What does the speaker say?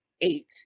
eight